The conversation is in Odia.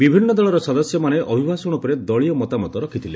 ବିଭିନ୍ନ ଦଳର ସଦସ୍ୟମାନେ ଅଭିଭାଷଣ ଉପରେ ଦଳୀୟ ମତାମତ ରଖିଥିଲେ